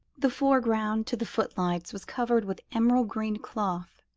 the foreground, to the footlights, was covered with emerald green cloth.